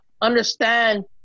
understand